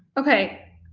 okay,